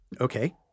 Okay